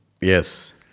Yes